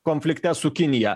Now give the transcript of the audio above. konflikte su kinija